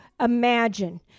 imagine